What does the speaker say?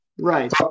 Right